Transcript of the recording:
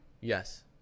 Yes